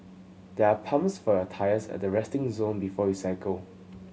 there are pumps for your tyres at the resting zone before you cycle